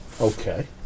Okay